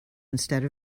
instead